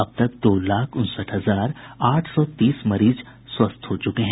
अब तक दो लाख उनसठ हजार आठ सौ तीस मरीज स्वस्थ हो चुके हैं